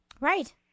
Right